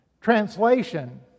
translation